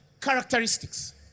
characteristics